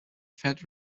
fat